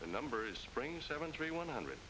the numbers springs seventy three one hundred